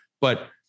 But-